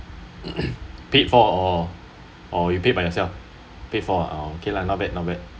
paid for or or you paid by yourself paid for okay lah not bad not bad